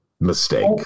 mistake